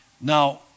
Now